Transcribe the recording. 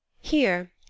Here